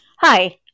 Hi